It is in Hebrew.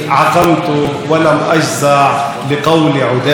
אבל הבחור הערבי בתוך כל זה נחשב לזר בידיו,